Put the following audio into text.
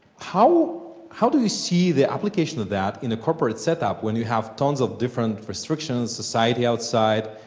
how how do you see the application of that in a corporate set-up, when you have tons of different restrictions, society outside,